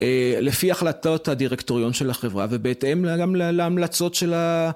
לפי החלטות הדירקטוריון של החברה ובהתאם גם להמלצות של ה...